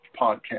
podcast